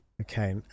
Okay